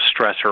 stressor